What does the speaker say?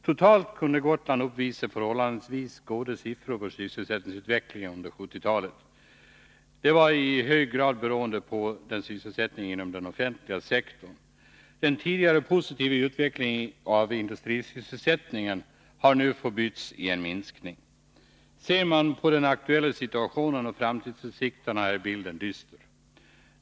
Totalt kunde Gotland uppvisa förhållandevis goda siffror för sysselsättningsutvecklingen under 1970-talet, detta i hög grad beroende på sysselsättning inom den offentliga sektorn. Den tidigare positiva utvecklingen av industrisysselsättningen har nu förbytts i en minskning. Ser man på den aktuella situationen och framtidsutsikterna finner man bilden dyster.